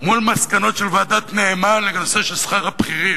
מול המסקנות של ועדת-נאמן בנושא של שכר הבכירים.